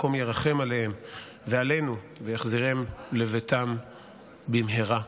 המקום ירחם עליהם ועלינו ויחזירם לביתם במהרה.